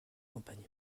campagne